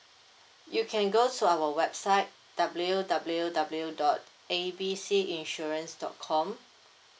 you can go to our website W W W dot A B C insurance dot com